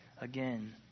again